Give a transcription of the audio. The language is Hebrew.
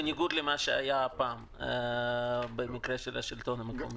בניגוד למה שהיה פעם במקרה של השלטון המקומי